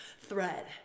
thread